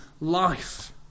life